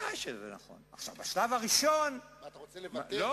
בשלב הראשון, אתה רוצה לבטל את כל הנכסים שלנו?